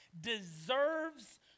deserves